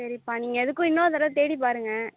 சரிபா நீங்கள் எதுக்கும் இன்னொரு தடவை தேடி பாருங்கள்